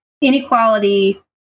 inequality